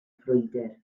frwydr